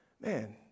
man